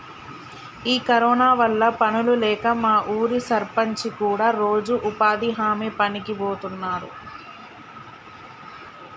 ఈ కరోనా వల్ల పనులు లేక మా ఊరి సర్పంచి కూడా రోజు ఉపాధి హామీ పనికి బోతున్నాడు